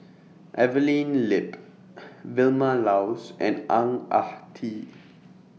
Evelyn Lip Vilma Laus and Ang Ah Tee